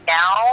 now